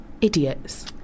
Idiots